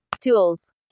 Tools